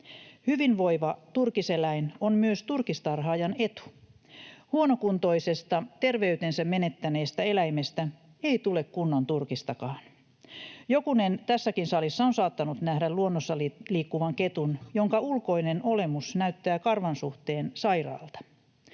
Hyvinvoiva turkiseläin on myös turkistarhaajan etu. Huonokuntoisesta, terveytensä menettäneestä eläimestä ei tule kunnon turkistakaan. Jokunen tässäkin salissa on saattanut nähdä luonnossa liikkuvan ketun, jonka ulkoinen olemus näyttää karvan suhteen sairaalta.